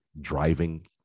Driving